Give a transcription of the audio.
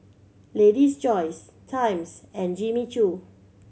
Lady's Choice Times and Jimmy Choo